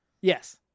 Yes